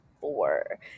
four